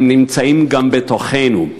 הם נמצאים גם בתוכנו,